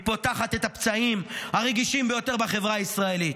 היא פותחת את הפצעים הרגישים ביותר בחברה הישראלית,